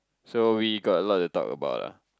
so we got a lot to talk about lah